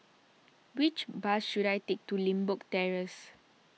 which bus should I take to Limbok Terrace